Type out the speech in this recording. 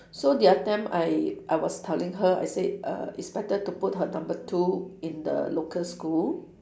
so the other time I I was telling her I said uh it's better to put her number two in the local school